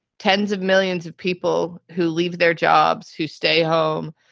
tens of millions of people who leave their jobs, who stay home,